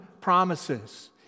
promises